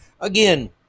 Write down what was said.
Again